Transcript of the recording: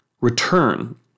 return